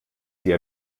die